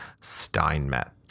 Steinmetz